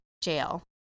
Jail